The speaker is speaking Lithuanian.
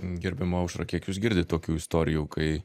gerbiama aušra kiek jūs girdit tokių istorijų kai